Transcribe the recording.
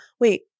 Wait